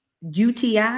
UTI